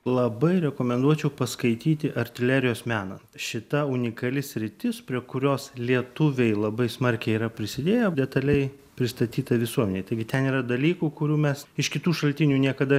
labai rekomenduočiau paskaityti artilerijos meną šita unikali sritis prie kurios lietuviai labai smarkiai yra prisidėję detaliai pristatyta visuomenei taigi ten yra dalykų kurių mes iš kitų šaltinių niekada